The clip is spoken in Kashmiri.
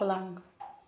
پٕلنٛگ